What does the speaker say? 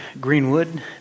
Greenwood